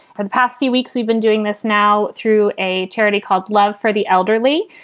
for the past few weeks, we've been doing this now through a charity called love for the elderly.